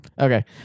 Okay